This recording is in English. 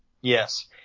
Yes